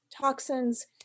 toxins